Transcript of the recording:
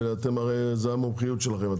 הרי זאת המומחיות שלכם.